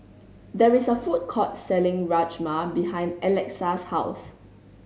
there is a food court selling Rajma behind Alexa's house